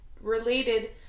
related